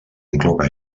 incloure